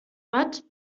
watt